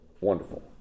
wonderful